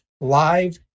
live